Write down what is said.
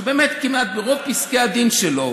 שברוב פסקי הדין שלו